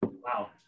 wow